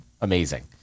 amazing